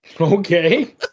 Okay